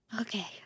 Okay